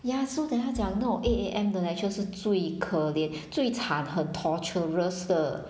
ya so then 她讲那种 eight A M 的 lecture 是最可怜最惨很 torturous 的